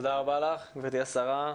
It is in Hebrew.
לך גברתי השרה.